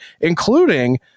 including